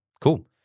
cool